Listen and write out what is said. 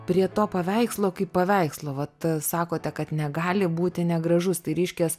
prie to paveikslo kaip paveikslo vat sakote kad negali būti negražus tai reiškias